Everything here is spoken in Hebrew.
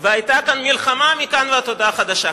והיתה מלחמה מכאן ועד הודעה חדשה,